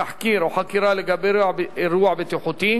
תחקיר או חקירה לגבי אירוע בטיחותי